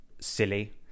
silly